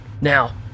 Now